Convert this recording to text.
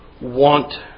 want